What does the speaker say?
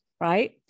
right